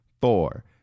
four